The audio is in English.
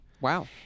Wow